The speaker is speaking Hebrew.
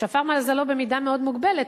שפר מזלו במידה מאוד מוגבלת,